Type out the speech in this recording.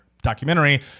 documentary